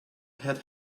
had